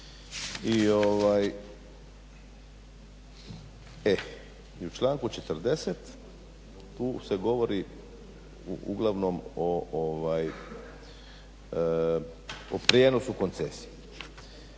I u članku 40., tu se govori uglavnom o prijenosu koncesije.